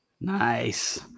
nice